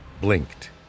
blinked